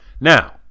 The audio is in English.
Now